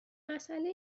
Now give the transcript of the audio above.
مساله